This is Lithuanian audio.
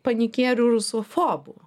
panikierių rusųfobų